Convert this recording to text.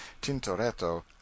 Tintoretto